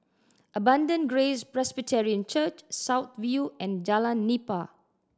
Abundant Grace Presbyterian Church South View and Jalan Nipah